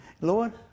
Lord